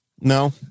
No